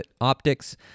optics